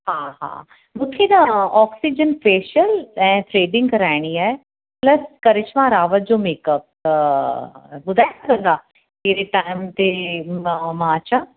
हा हा मूंखे न ऑक्सीजन फ़ेशियल ऐं थ्रेडिंग कराइणी आहे उन लाइ करिश्मा रावत जो मेकअप ॿुधाईंदा त छा कहिड़े टाइम ते म मां अचां